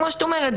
כמו שאת אומרת,